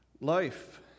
Life